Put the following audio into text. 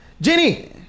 Jenny